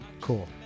cool